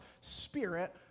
spirit